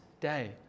day